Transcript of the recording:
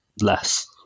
Less